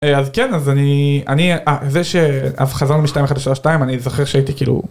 אז כן, אז אני, אני, אה, זה שחזרנו מ-2-1 ל-3-2, אני זוכר שהייתי כאילו...